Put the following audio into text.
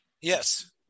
Yes